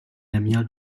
neměl